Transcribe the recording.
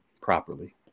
properly